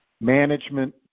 management